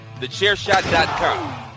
Thechairshot.com